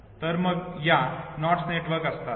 आणि मग या नॉड्समध्ये नेटवर्क असतात